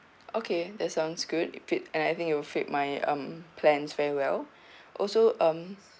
okay that sounds good fit and I think it'll fit my um plans very well also um